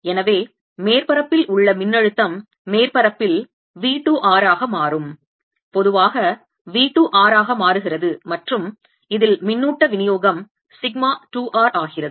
எனவே மேற்பரப்பில் உள்ள மின்னழுத்தம் மேற்பரப்பில் V 2 r ஆக மாறும் பொதுவாக V 2 r ஆக மாறுகிறது மற்றும் இதில் மின்னூட்ட விநியோகம் சிக்மா 2 r ஆகிறது